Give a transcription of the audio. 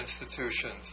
institutions